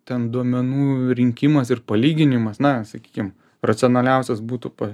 ten duomenų rinkimas ir palyginimas na sakykim racionaliausias būtų pa